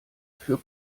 für